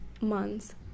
months